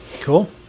cool